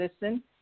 listen